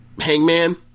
Hangman